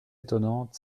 étonnante